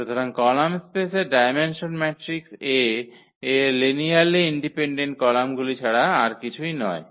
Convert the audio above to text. সুতরাং কলাম স্পেসের dimension matrix A এর লিনিয়ারলি ইন্ডিপেন্ডেন্ট কলামগুলি ছাড়া কিছুই নয়